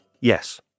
yes